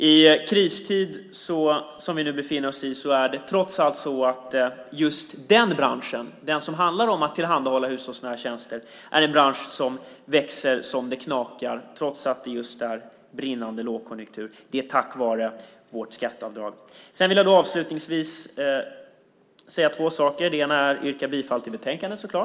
I rådande kristid är det trots lågkonjunkturen så att branschen för hushållsnära tjänster växer så det knakar. Det är tack vare vårt skatteavdrag. Jag vill avslutningsvis säga två saker. Jag yrkar självklart bifall till utskottets förslag.